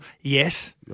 yes